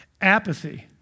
Apathy